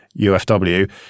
UFW